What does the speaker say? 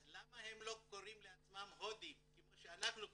אז למה הם לא קוראים לעצמם הודים כמו שאנחנו קוראים?